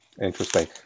Interesting